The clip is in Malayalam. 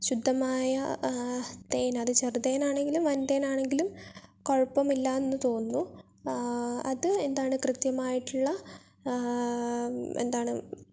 ശുദ്ധമായ തേൻ അത് ചെറുതേനാണെങ്കിലും വൻതേനാണെങ്കിലും കുഴപ്പമില്ല എന്ന് തോന്നുന്നു അത് എന്താണ് കൃത്യമായിട്ടുള്ളത് എന്താണ്